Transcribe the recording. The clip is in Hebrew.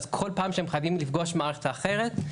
אז כל פעם שהם חייבים לפגוש מערכת אחרת,